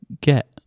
GET